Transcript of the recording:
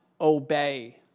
obey